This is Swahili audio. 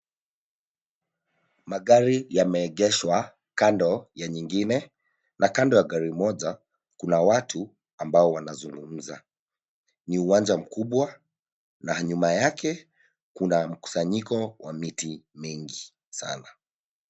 Magari yameegeshwa kando ya nyingine na kando ya gari moja kuna watu ambao wanazungumza ni uwanja mkubwa na nyuma yake kuna mkusanyiko wa miti mingi sana